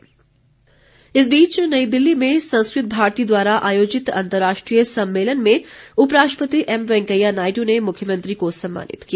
जयराम इस बीच नई दिल्ली में संस्कृत भारती द्वारा आयोजित अंतर्राष्ट्रीय सम्मेलन में उपराष्ट्रपति एम वैंकेया नायडू ने मुख्यमंत्री को सम्मानित किया